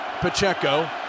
Pacheco